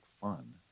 fun